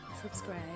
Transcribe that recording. subscribe